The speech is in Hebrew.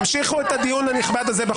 כל מילה נכונה.